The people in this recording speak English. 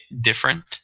different